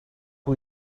who